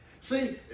See